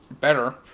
better